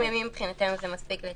20 ימים מבחינתנו זה מספיק.